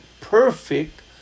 perfect